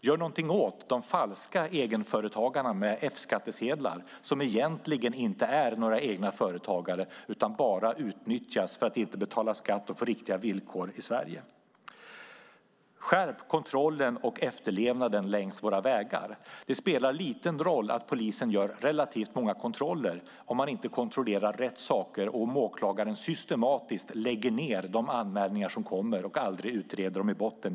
Gör någonting åt de falska egenföretagarna med F-skattsedlar, som egentligen inte är några egna företagare utan bara utnyttjas för att inte betala skatt och få riktiga villkor i Sverige! Skärp kontrollen och efterlevnaden längs våra vägar! Det spelar liten roll att polisen gör relativt många kontroller om man inte kontrollerar rätt saker och om åklagaren systematiskt lägger ned de anmälningar som kommer utan att utreda dem i botten.